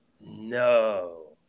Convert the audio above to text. No